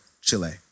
Chile